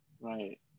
Right